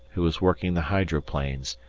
who was working the hydroplanes,